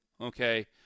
okay